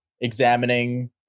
examining